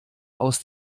aus